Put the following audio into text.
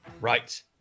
Right